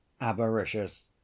avaricious